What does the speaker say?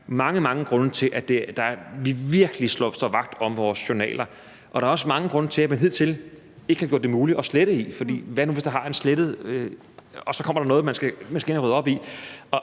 mange grunde til, at vi virkelig står vagt om vores journaler. Der er også mange grunde til, at man hidtil ikke har gjort det muligt at slette i dem, for hvad nu, hvis der er slettet noget, og så kommer der noget, man skal ind og rydde op i?